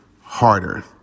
Harder